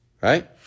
Right